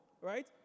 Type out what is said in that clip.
right